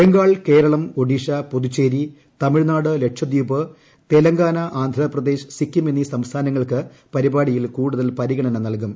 ബംഗാൾ കേരളം ഒഡീഷ പുതുച്ചേരി തമിഴ്നാട് ലക്ഷദ്വീപ് തെലങ്കാന ആന്ധ്രാ പ്രദേശ് സിക്കിം എന്നീ സംസ്ഥാനങ്ങൾക്ക് പരിപാടിയിൽ കൂടുതൽ പരിഗണന നൽകും